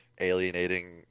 alienating